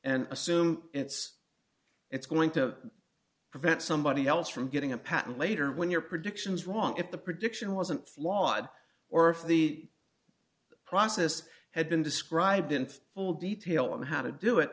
and assume it's it's going to prevent somebody else from getting a patent later when your predictions wrong if the prediction wasn't flawed or if the the process had been described in full detail on how to do it